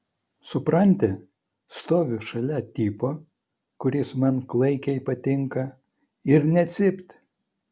supranti stoviu šalia tipo kuris man klaikiai patinka ir nė cypt